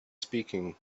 speaking